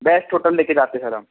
best hotel ले कर जाते सर हम